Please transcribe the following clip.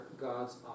God's